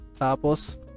tapos